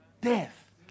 Death